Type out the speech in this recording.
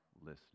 Listening